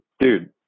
Dude